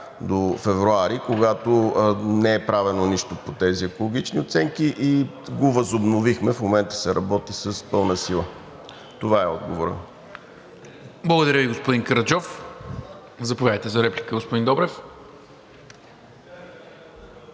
до февруари, когато не е правено нищо по тези екологични оценки. Възобновихме го, в момента се работи с пълна сила. Това е отговорът. ПРЕДСЕДАТЕЛ НИКОЛА МИНЧЕВ: Благодаря Ви, господин Караджов. Заповядайте за реплика, господин Добрев.